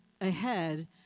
ahead